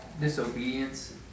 disobedience